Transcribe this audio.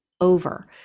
Over